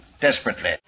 desperately